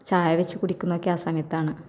ചായ വെച്ച് കുടിക്കുന്നതൊക്കെ ആ സമയത്താണ്